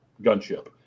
gunship